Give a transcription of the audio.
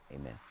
Amen